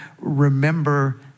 remember